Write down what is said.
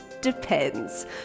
depends